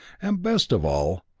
and best of all,